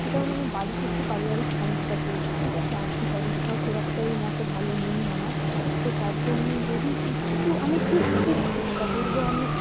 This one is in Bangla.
সেটা হলো আমার বাড়িতে একটু পারিবারিক সমস্যা চলছে ঠিক আছে আর্থিক অবস্থাও খুব একটা এই মাসে ভালো নেই আমার তো তার জন্য যদি একটু আমি খুব খুব চেষ্টা করব আমি